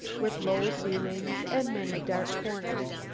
with low ceilings and many dark corners.